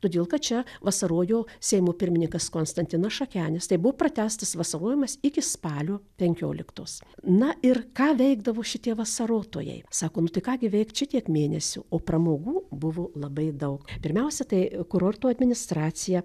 todėl kad čia vasarojo seimo pirmininkas konstantinas šakenis tai buvo pratęstas vasarojimas iki spalio penkioliktos na ir ką veikdavo šitie vasarotojai sako nu tai ką gi veikt čia tiek mėnesių o pramogų buvo labai daug pirmiausia tai kurorto administracija